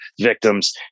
victims